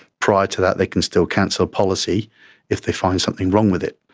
prior to that they can still cancel a policy if they find something wrong with it.